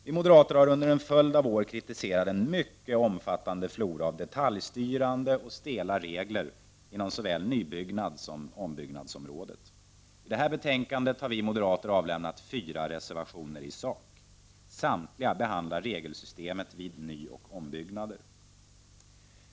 Vi moderater har under en följd av år kritiserat den mycket omfattande floran av detaljstyrande och stela regler inom såväl nybyggnadssom ombyggnadsområdet. I detta betänkande har vi moderater avlämnat fyra reservationer i sak. Samtliga behandlar regelsystemet vid nyoch ombyggnader.